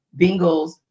Bengals